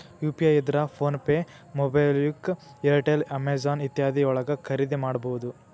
UPI ಇದ್ರ PhonePe MobiKwik Airtel Amazon ಇತ್ಯಾದಿ ಯೊಳಗ ಖರಿದಿಮಾಡಬಹುದು